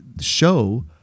show